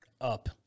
up